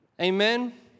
Amen